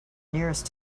nearest